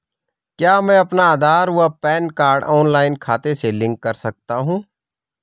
क्या मैं अपना आधार व पैन कार्ड ऑनलाइन खाते से लिंक कर सकता हूँ?